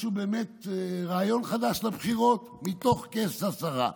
רעיון חדש לבחירות, מתוך כס השרה.